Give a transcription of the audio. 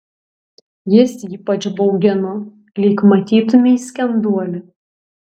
jis ypač baugino lyg matytumei skenduolį